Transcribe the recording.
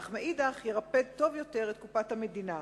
אך מאידך ירפד טוב יותר את קופת המדינה.